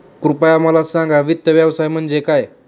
कृपया मला सांगा वित्त व्यवसाय म्हणजे काय?